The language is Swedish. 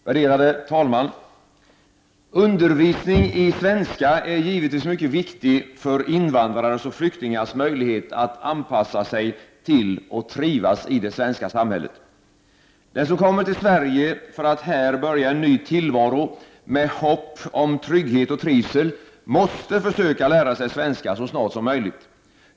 Värderade talman! Undervisningen i svenska är givetvis mycket viktig för invandrares och flyktingars möjlighet att anpassa sig till och trivas i det svenska samhället. Den som kommer till Sverige för att här börja en ny tillvaro med hopp om trygghet och trivsel, måste försöka lära sig svenska så snart som möjligt.